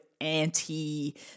anti